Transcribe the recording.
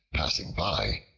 passing by,